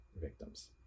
victims